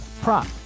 prop